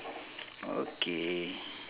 okay